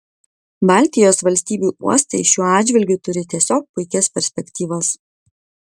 baltijos valstybių uostai šiuo atžvilgiu turi tiesiog puikias perspektyvas